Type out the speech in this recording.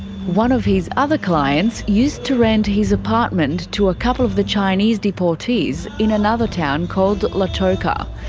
one of his other clients used to rent his apartment to a couple of the chinese deportees in another town called lautoka.